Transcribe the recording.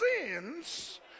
sins